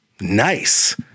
nice